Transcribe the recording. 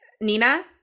Nina